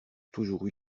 toujours